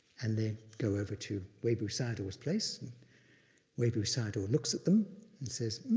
and they go over to webu sayadaw's place, and webu sayadaw looks at them and says,